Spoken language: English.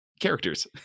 characters